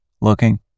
looking